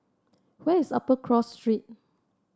where is Upper Cross Street